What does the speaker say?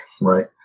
right